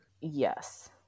Yes